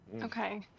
Okay